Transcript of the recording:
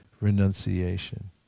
renunciation